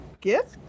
gift